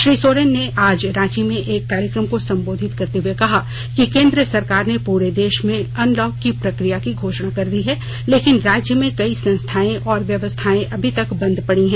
श्री सोरेन ने आज रांची में एक कार्यक्रम को संबोधित करते हुए कहा कि केंद्र सरकार ने पूरे देश में अनलॉक की प्रक्रिया की घोषणा कर दी है लेकिन राज्य में कई संस्थाए और व्यवस्थाए अभी तक बंद पड़ी हैं